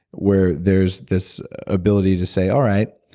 where there's this ability to say, all right,